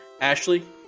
Ashley